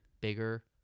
bigger